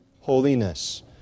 holiness